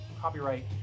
copyright